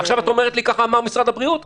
את אומרת: ככה אמר משרד הבריאות,